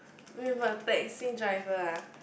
with a taxi driver ah